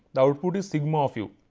the output is sigma of u,